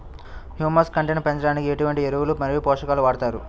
Humus content పెంచడానికి ఎటువంటి ఎరువులు మరియు పోషకాలను వాడతారు?